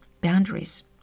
boundaries